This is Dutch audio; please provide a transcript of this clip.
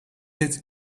het